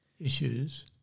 issues